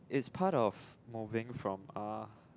it's part of moving from a